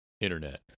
internet